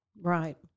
Right